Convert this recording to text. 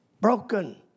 Broken